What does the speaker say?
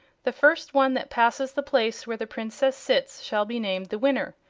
the first one that passes the place where the princess sits shall be named the winner.